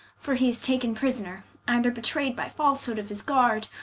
for he is taken prisoner, either betrayd by falshood of his guard,